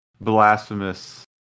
blasphemous